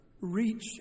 reach